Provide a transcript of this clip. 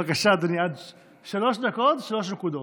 בבקשה, אדוני, עד שלוש דקות, ושלוש נקודות.